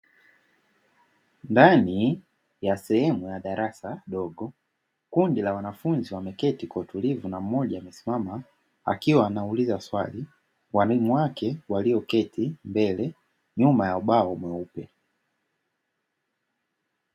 Ndani ya sehemu ya darasa dogo, kundi la wanafunzi wameketi kwa utulivu na mmoja amesimama. Akiwa anauliza swali walimu waoke walioketi mbele nyuma ya ubao mweupe.